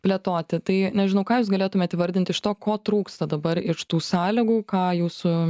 plėtoti tai nežinau ką jūs galėtumėt įvardinti iš to ko trūksta dabar iš tų sąlygų ką jūsų